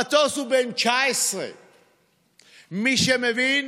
המטוס הוא בן 19. מי שמבין,